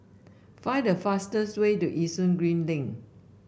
find the fastest way to Yishun Green Link